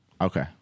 Okay